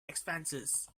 expenses